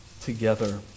together